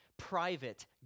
private